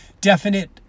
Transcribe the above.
definite